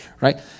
right